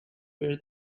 where